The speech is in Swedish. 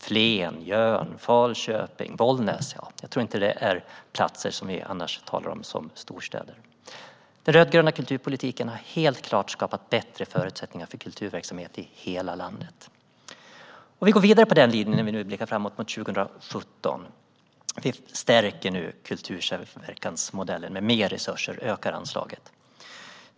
Flen, Jörn, Falköping, Bollnäs - jag tror inte att det är platser som vi annars talar om som storstäder. Den rödgröna kulturpolitiken har helt klart skapat bättre förutsättningar för kulturverksamhet i hela landet, och vi går vidare på den linjen när vi nu blickar framåt mot 2017. Vi stärker nu kultursamverkansmodellen med mer resurser och ökar anslaget.